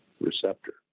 receptor